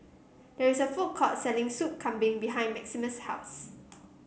there is a food court selling Soup Kambing behind Maximus' house